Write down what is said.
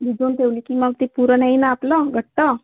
भिजवून ठेवली की मग ते पुरण आहे ना आपलं घट्ट